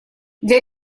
для